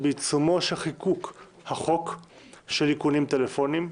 בעיצומו של חיקוק החוק של איכונים טלפוניים,